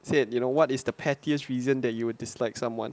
said you know what is the pettiest reason that you would dislike someone